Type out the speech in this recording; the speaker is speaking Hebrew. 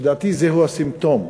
לדעתי, זהו הסימפטום,